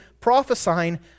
prophesying